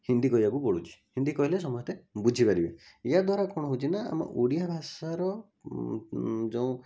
ହିନ୍ଦୀ କହିବାକୁ ପଡ଼ୁଛି ହିନ୍ଦୀ କହିଲେ ସମସ୍ତେ ବୁଝିପାରିବେ ଏହା ଦ୍ଵାରା କ'ଣ ହେଉଛି ନା ଆମ ଓଡ଼ିଆ ଭାଷାର ଯେଉଁ